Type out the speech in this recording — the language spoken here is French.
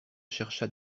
chercha